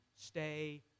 stay